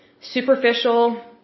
superficial